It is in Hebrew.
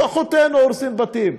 כוחותינו הורסים בתים,